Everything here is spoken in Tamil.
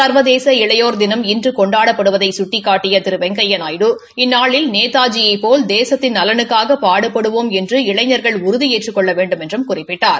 ச்வதேச இளையோர் தினம் இன்று கொண்டாடப்படுவதை கட்டிக்காட்டிய திரு வெங்கையா நாயுடு இந்நாளில் நேதாஜியைப்போல் தேசத்தின் நலனுக்காக பாடுபாடுவோம் என்று இளைஞர்கள் உறுதியேற்றுக் கொள்ள வேண்டுமென்றும் குறிப்பிட்டார்